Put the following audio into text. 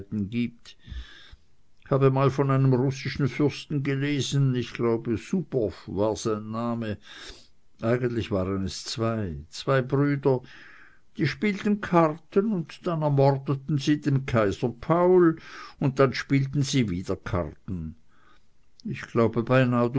gibt ich habe mal von einem russischen fürsten gelesen ich glaube suboff war sein name eigentlich waren es zwei zwei brüder die spielten karten und dann ermordeten sie den kaiser paul und dann spielten sie wieder karten ich glaube beinah